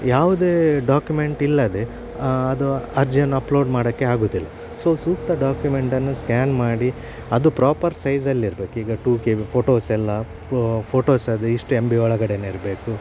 ಯಾವುದೆ ಡಾಕ್ಯುಮೆಂಟ್ ಇಲ್ಲದೆ ಅದು ಅರ್ಜಿಯನ್ನು ಅಪ್ಲೋಡ್ ಮಾಡೋಕ್ಕೆ ಆಗೋದಿಲ್ಲ ಸೊ ಸೂಕ್ತ ಡಾಕ್ಯುಮೆಂಟನ್ನು ಸ್ಕ್ಯಾನ್ ಮಾಡಿ ಅದು ಪ್ರಾಪರ್ ಸೈಝಲ್ಲಿರ್ಬೇಕು ಈಗ ಟು ಕೆ ಬಿ ಫೋಟೋಸ್ ಎಲ್ಲ ಫೋಟೋಸ್ ಅದು ಇಷ್ಟು ಎಮ್ ಬಿ ಒಳಗಡೆ ಇರಬೇಕು